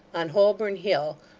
on holborn hill,